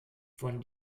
von